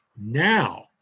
Now